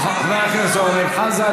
חבר הכנסת אורן חזן,